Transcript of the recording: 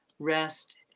Rest